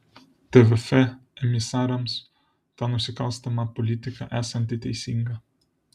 tvf emisarams ta nusikalstama politika esanti teisinga